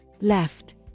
Left